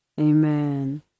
Amen